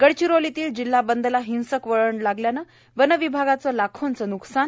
गडचिरोलीतील जिल्हा बंदला हिंसक वळण वनविभागाचं लाखोंचं न्कसान